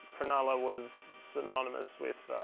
cronulla was synonymous with